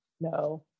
No